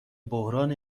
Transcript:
بحران